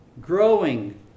growing